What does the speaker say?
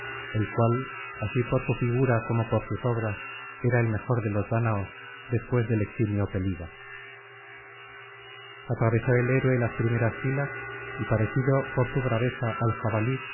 el cual así por su figura como por sus obras era el mejor de los dáñaos después del eximio pelida atravesó el héroe las primeras filas y parecido por su braveza al jabalí